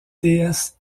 déesse